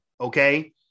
okay